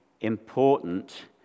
important